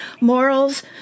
Morals